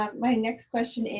um my next question is